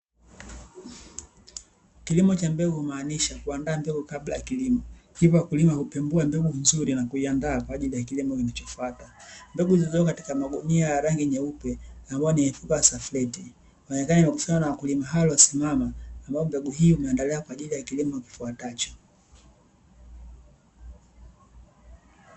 Kilimo cha mbegu humaanisha kuandaa mbegu kabla ya kilimo, hivyo wakulima hupembua mbegu nzuri na kuiandaa kwa ajili ya kilimo kinachofuata. Mbegu zilizowekwa katika magunia ya rangi nyeupe ambayo ni mifuko ya salufeti inaonekana imekusanywa na wakulima hao waliosimama ambapo mbegu hii imeandaliwa kwa ajili ya kilimo kifuatacho.